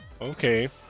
okay